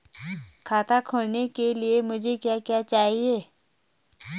खाता खोलने के लिए मुझे क्या क्या चाहिए?